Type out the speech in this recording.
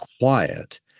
quiet